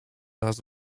raz